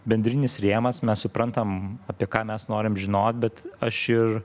bendrinis rėmas mes suprantam apie ką mes norim žinot bet aš ir